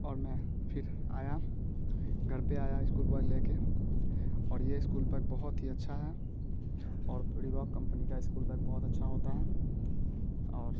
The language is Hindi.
और मैं फिर आया घर पर आया इस्कूल बैग ले कर और ये इस्कूल बैग बहुत ही अच्छा है और रिबॉक कंपनी का स्कूल बैग बहुत अच्छा होता है और